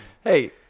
Hey